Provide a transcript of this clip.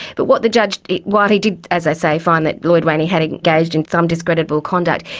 but what the judge. while he did, as i say, find that lloyd rayney had engaged in some discreditable conduct,